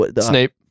Snape